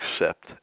accept